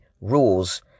rules